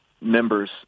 Members